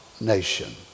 nation